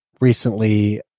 recently